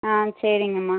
ஆ சரிங்கம்மா